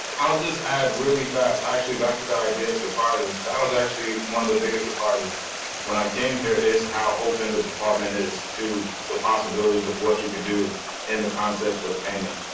i'll just add really fast, actually back to the idea of surprises. that was actually one of the biggest surprises when i came here is how open the department is to the possibilities of what you could do in and the context of painting.